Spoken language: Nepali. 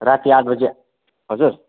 राति आठ बजी हजुर